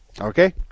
Okay